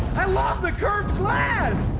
i love the curved glass.